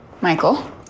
Michael